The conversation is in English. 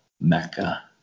mecca